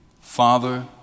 Father